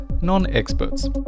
non-experts